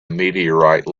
meteorite